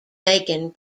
making